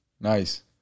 Nice